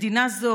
מדינה זו,